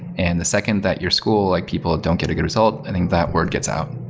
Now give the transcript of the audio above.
and the second that your school, like people don't get a good result, i think that word gets out,